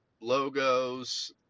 logos